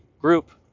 group